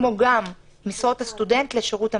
כמו גם משרות הסטודנטים לשירות המדינה.